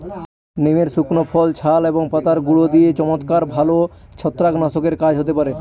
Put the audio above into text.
নিমের শুকনো ফল, ছাল এবং পাতার গুঁড়ো দিয়ে চমৎকার ভালো ছত্রাকনাশকের কাজ হতে পারে